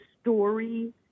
story